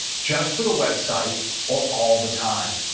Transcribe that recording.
just for the website or all the time.